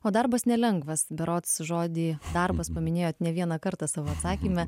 o darbas nelengvas berods žodį darbas paminėjot ne vieną kartą savo atsakyme